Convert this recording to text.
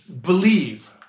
believe